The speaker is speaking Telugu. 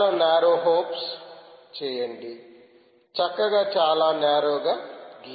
చాలా నారో హోప్స్ చేయండి చక్కగా చాలా నారో గా గీయండి